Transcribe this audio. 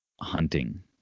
hunting